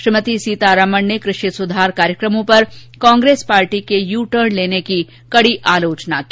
श्रीमती सीतारामन ने कृषि सुधार कार्यक्रमों पर कांग्रेस पार्टी के यू टर्न लेने की कडी आलोचना की